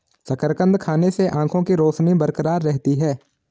शकरकंद खाने से आंखों के रोशनी बरकरार रहती है